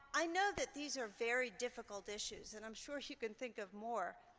i know that these are very difficult issues and i'm sure you can think of more.